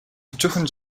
өчүүхэн